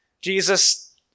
Jesus